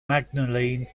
magdalene